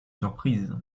surprise